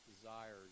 desires